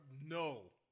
No